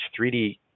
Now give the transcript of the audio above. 3D